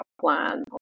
plan